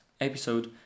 episode